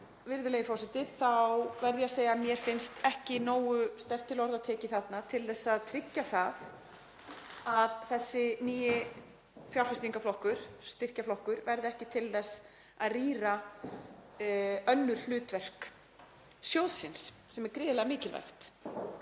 virðulegi forseti, þá verð ég að segja að mér finnst ekki nógu sterkt til orða tekið þarna til þess að tryggja að þessi nýi fjárfestingarflokkur, styrkjaflokkur, verði ekki til þess að rýra önnur hlutverk sjóðsins, sem er gríðarlega mikilvægt